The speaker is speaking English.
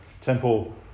temple